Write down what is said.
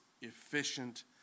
efficient